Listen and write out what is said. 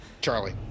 Charlie